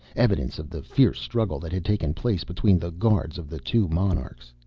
evidence of the fierce struggle that had taken place between the guards of the two monarchs.